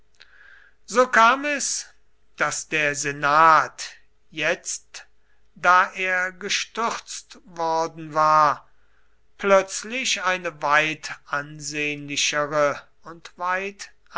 so kam es daß der senat jetzt da er gestürzt worden war plötzlich eine weit ansehnlichere und weit